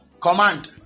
command